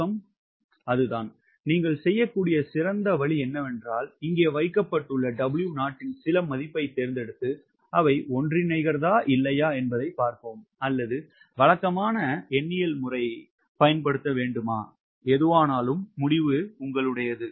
எனவே நீங்கள் செய்யக்கூடிய சிறந்த வழி என்னவென்றால் இங்கே வைக்கப்பட்டுள்ள 𝑊0 இன் சில மதிப்பைத் தேர்ந்தெடுத்து அவை ஒன்றிணைகிறதா இல்லையா என்பதைப் பார்க்கவும் அல்லது வழக்கமாக எண்ணியல் முறை பயன்படுத்த வேண்டுமா முடிவு உங்களுடையது